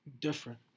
Different